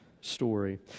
story